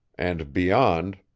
and, beyond,